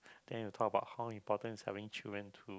then you talk about how important is having children too